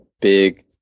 big